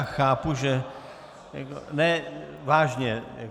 Chápu, že... ne, vážně.